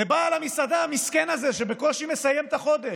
לבעל המסעדה המסכן הזה, שבקושי מסיים את החודש,